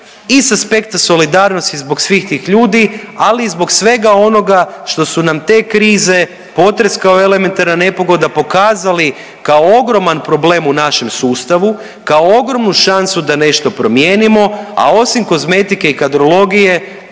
I s aspekta solidarnosti zbog svih tih ljudi, ali i zbog svega onoga što su nam te krize, potres kao elementarna nepogoda pokazali kao ogroman problem u našem sustavu, kao ogromnu šansu da nešto promijenimo, a osim kozmetike i kadrologije